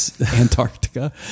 Antarctica